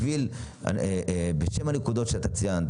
בשם הנקודות שציינת,